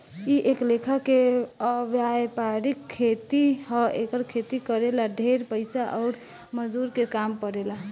इ एक लेखा के वायपरिक खेती ह एकर खेती करे ला ढेरे पइसा अउर मजदूर के काम पड़ेला